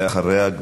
מה התרגום?